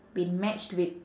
been matched with